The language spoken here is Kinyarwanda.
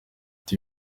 ati